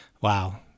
Wow